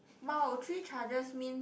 !wow! three charges means